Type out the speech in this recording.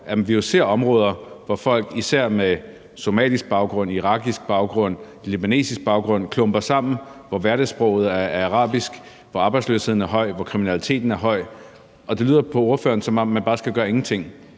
at vi ser områder, hvor folk især med somalisk, irakisk og libanesisk baggrund klumper sig sammen, og hvor hverdagssproget er arabisk, hvor arbejdsløsheden er høj, hvor kriminaliteten er høj, og det lyder på ordføreren, som om man bare skal gøre ingenting,